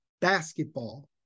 basketball